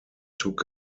took